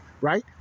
right